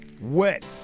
Wet